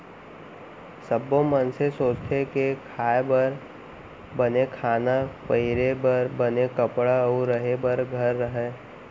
सब्बो मनसे सोचथें के खाए बर बने खाना, पहिरे बर बने कपड़ा अउ रहें बर घर रहय